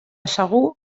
segur